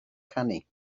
canu